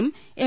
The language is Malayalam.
യും എം